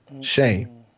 Shame